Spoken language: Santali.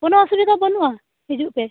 ᱠᱳᱱᱳ ᱚᱥᱩᱵᱤᱫᱷᱟ ᱵᱟᱹᱱᱩᱜᱼᱟ ᱦᱤᱡᱩᱜ ᱯᱮ